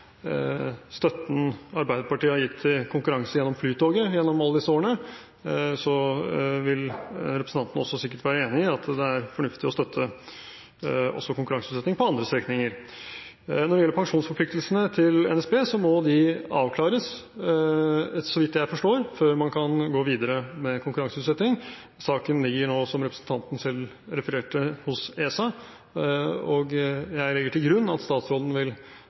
støtten Arbeiderpartiet har gitt til konkurranse gjennom Flytoget gjennom alle disse årene, vil representanten sikkert være enig i at det er fornuftig å støtte også konkurranseutsetting på andre strekninger. Når det gjelder pensjonsforpliktelsene til NSB, må de avklares, så vidt jeg forstår, før man kan gå videre med konkurranseutsetting. Saken ligger nå, som representanten selv refererte til, hos ESA, og jeg legger til grunn at statsråden vil